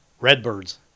Redbirds